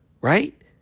right